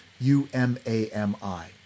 U-M-A-M-I